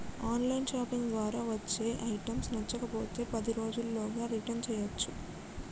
on line shopping ద్వారా వచ్చే items నచ్చకపోతే పది రోజుల్లోగా రిటర్న్ చేయ్యచ్చు